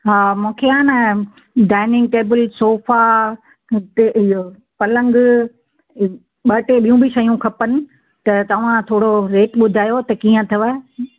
हा मूंखे आ न डाईनिंग टेबल सोफ़ा डि इहो पलंग ॿ टे ॿियूं बि शयूं खपनि त तव्हां थोरो रेट ॿुधायो त कीअं अथव